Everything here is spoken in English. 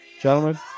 gentlemen